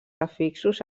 afixos